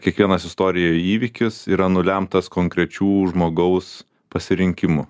kiekvienas istorijoje įvykis yra nulemtas konkrečių žmogaus pasirinkimų